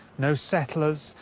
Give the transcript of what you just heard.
no settlers,